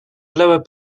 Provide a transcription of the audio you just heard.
lower